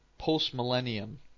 post-millennium